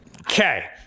Okay